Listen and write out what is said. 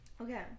Okay